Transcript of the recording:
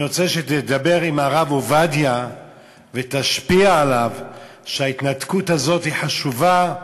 אני רוצה שתדבר עם הרב עובדיה ותשפיע עליו שההתנתקות הזאת היא חשובה,